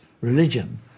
religion